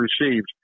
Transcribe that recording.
received